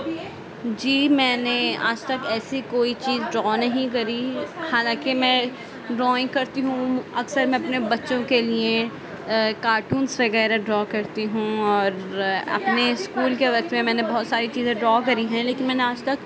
جی میں نے آج تک ایسی کوئی چیز ڈرا نہیں کری حالانکہ میں ڈرائنگ کرتی ہوں اکثر میں اپنے بچوں کے لیے کارٹونس وغیرہ ڈرا کرتی ہوں اور اپنے اسکول کے وقت میں میں نے بہت ساری چیزیں ڈرا کری ہیں لیکن میں نے آج تک